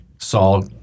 Saul